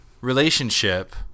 relationship